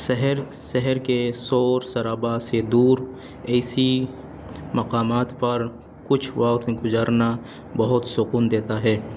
شہر شہر کے شور شرابا سے دور ایسی مقامات پر کچھ وقت گزارنا بہت سکون دیتا ہے